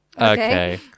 Okay